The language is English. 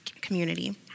community